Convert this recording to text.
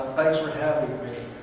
thanks for having